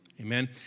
Amen